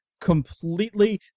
completely